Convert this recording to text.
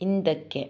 ಹಿಂದಕ್ಕೆ